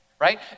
right